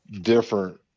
different